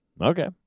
Okay